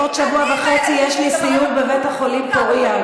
בעוד שבוע וחצי יש לי סיור בבית-החולים פוריה,